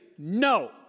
No